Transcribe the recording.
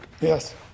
Yes